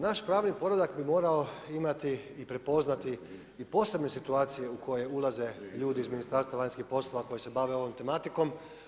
Naš pravni poredak bi morao imati i prepoznati posebne situacije u koje ulaze ljudi iz Ministarstva vanjskih poslova koji se bave ovom tematikom.